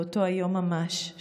באותו יום ממש,